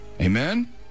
Amen